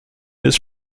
his